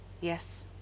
Yes